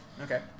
okay